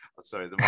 sorry